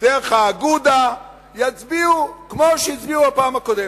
דרך אגודה, יצביעו כמו שהצביעו בפעם הקודמת.